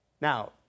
Now